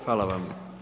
Hvala vam.